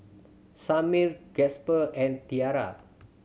Samir Gasper and Tiara